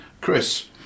Chris